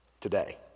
today